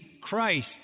Christ